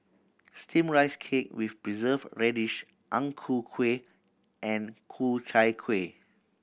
Steamed Rice Cake with Preserved Radish Ang Ku Kueh and Ku Chai Kuih